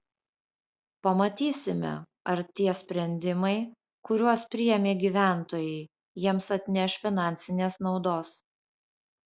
pamatysime ar tie sprendimai kuriuos priėmė gyventojai jiems atneš finansinės naudos